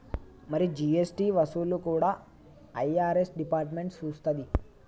మరి జీ.ఎస్.టి వసూళ్లు కూడా ఐ.ఆర్.ఎస్ డిపార్ట్మెంట్ సూత్తది